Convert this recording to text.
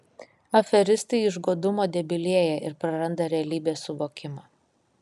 aferistai iš godumo debilėja ir praranda realybės suvokimą